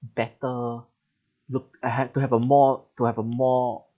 better look I had to have a more to have a more